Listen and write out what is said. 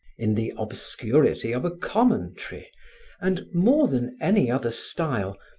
in the obscurity of a commentary and, more than any other style,